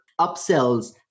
upsells